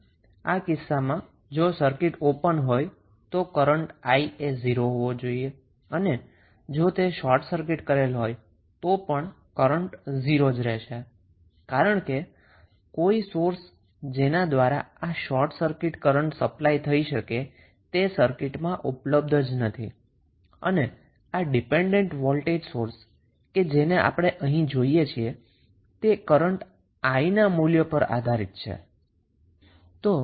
આમ આ કિસ્સામાં છે તેમ જો તે ઓપન સર્કિટ હોય તો કરન્ટ 𝑖 એ 0 હોવો જોઈએ અને જો તે શોર્ટ સર્કિટ કરેલ હોય તો પણ કરન્ટ 0 જ રહેશે કારણ કે કોઈ સોર્સ જેના દ્વારા આ શોર્ટ સર્કિટ કરન્ટ સપ્લાય થઈ શકે તે સર્કિટમાં ઉપલબ્ધ જ નથી અને આ ડિપેન્ડન્ટ વોલ્ટેજ સોર્સને આપણે અહીં જોઈએ છીએ તે કરન્ટ 𝑖 ના મૂલ્ય પર આધારિત છે